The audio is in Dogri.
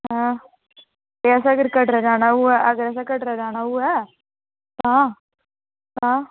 आं